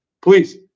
Please